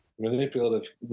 manipulative